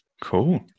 Cool